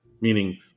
meaning